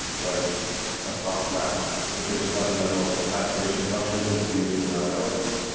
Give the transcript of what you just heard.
like a softmax, which is a fundamental activation function that's used in neural networks,